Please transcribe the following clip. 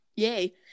Yay